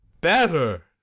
better